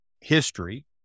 history